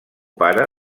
pare